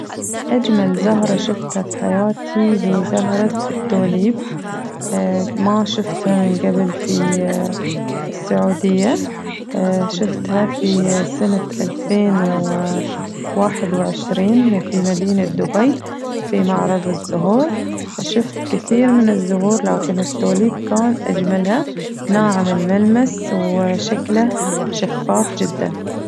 أجمل زهرة شفتها فحياتي هي زهرة التوليب ما شفتها من قبل في السعودية شفتها في سنة ألفين و واحد وعشرين في مدينة دبي في معرض الزهور شفت كثير من الزهور لكن التوليب كان أجملها ناعم الملمس وشكله شفاف جداً.